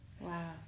Wow